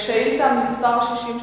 שר התיירות ישיב על שאילתא מס' 60,